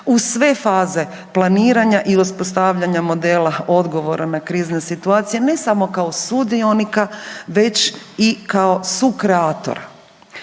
u sve faze planiranja i uspostavljanja modela odgovora na krizne situacije. Ne samo kao sudionika već i kao sukreatora.